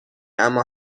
اما